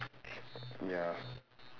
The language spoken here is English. ya